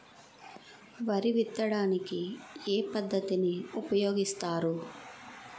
వరి విత్తడానికి ఏ పద్ధతిని ఉపయోగిస్తారు?